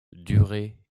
durée